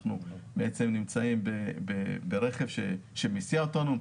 אנחנו נמצאים ברכב שמסיע אותנו,